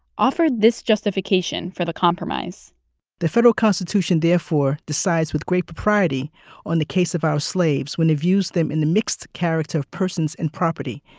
offered this justification for the compromise the federal constitution therefore decides with great propriety on the case of our slaves when it views them in the mixed character of persons and property.